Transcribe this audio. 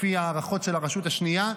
לפי ההערכות של הרשות השנייה,